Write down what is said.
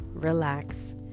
relax